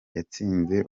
yatsinze